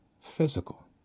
physical